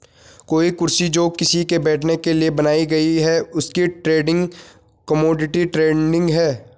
कोई कुर्सी जो किसी के बैठने के लिए बनाई गयी है उसकी ट्रेडिंग कमोडिटी ट्रेडिंग है